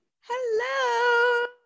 Hello